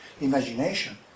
imagination